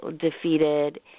defeated